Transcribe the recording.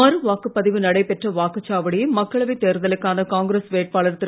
மறுவாக்குப் பதிவு நடைபெற்ற வாக்குச்சாவடியை மக்களவைத் தேர்தலுக்கான காங்கிரஸ் வேட்பாளர் திரு